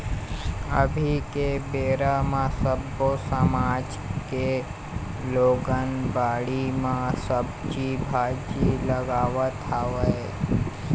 अभी के बेरा म सब्बो समाज के लोगन बाड़ी म सब्जी भाजी लगावत हवय